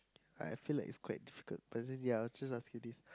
I feel like it's quite difficult but then ya I'll just ask you this